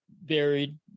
buried